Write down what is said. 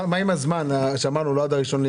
מה עם העניין של לדחות את זה מ-1 בינואר?